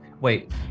wait